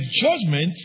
judgment